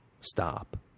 stop